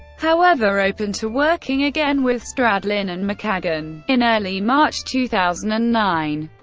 however, open to working again with stradlin and mckagan in early march two thousand and nine,